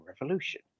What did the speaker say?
revolution